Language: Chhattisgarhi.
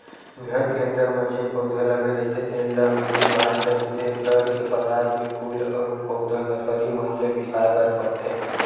घर के अंदर म जेन पउधा लगे रहिथे तेन ल मिनी पलांट कहिथे, घर के सजाए के फूल अउ पउधा नरसरी मन ले बिसाय बर परथे